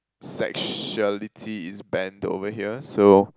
sexuality is banned over here so